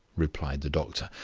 replied the doctor,